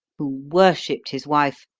who worshipped his wife,